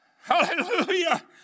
Hallelujah